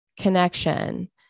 connection